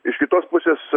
iš kitos pusės